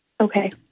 Okay